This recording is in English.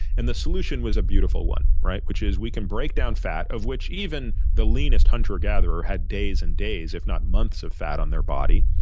and the solution was a beautiful one, which is we can break down fat of which even the leanest hunter gatherer had days and days if not months of fat on their body.